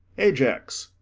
ajax,